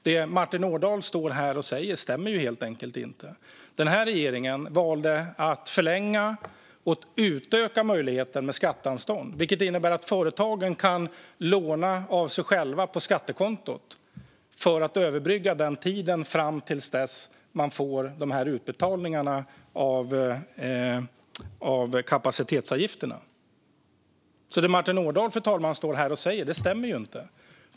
Det Martin Ådahl står här och säger stämmer helt enkelt inte. Den här regeringen valde att förlänga och utöka möjligheten till skatteanstånd, vilket innebär att företagen kan låna av sig själva på skattekontot för att överbrygga tiden fram till dess att man får utbetalning av kapacitetsavgifterna. Det Martin Ådahl står här och säger, fru talman, stämmer alltså inte.